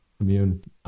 immune